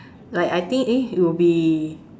like I think eh it'll be